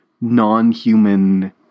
non-human